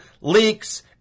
leaks